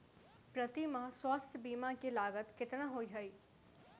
प्रति माह स्वास्थ्य बीमा केँ लागत केतना होइ है?